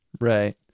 Right